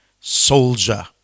soldier